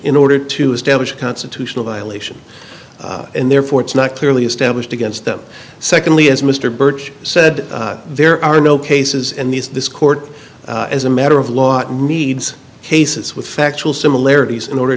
in order to establish a constitutional violation and therefore it's not clearly established against them secondly as mr birch said there are no cases and these this court as a matter of lot needs cases with factual similarities in order